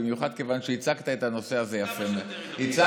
במיוחד כיוון שהצגת את הנושא הזה יפה מאוד.